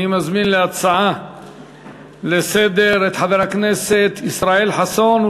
אני מזמין להצעה לסדר-היום את ישראל חסון.